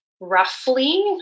roughly